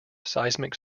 seismic